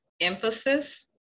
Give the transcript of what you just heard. emphasis